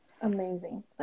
amazing